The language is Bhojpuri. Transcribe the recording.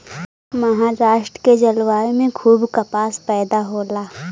महाराष्ट्र के जलवायु में खूब कपास पैदा होला